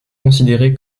considérée